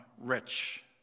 rich